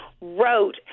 wrote